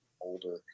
older